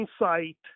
insight